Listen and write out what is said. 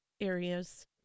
areas